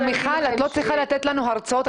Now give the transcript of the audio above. מיכל, את גם לא צריכה לתת לנו הרצאות.